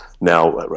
now